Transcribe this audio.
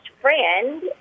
friend